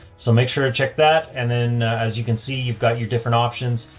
so make sure to check that. and then as you can see, you've got your different options.